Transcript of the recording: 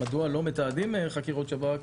מדוע לא מתעדים חקירות שב"כ,